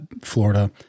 Florida